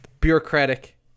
bureaucratic